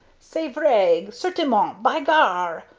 c'est vrai! certainment! by gar!